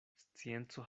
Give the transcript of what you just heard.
scienco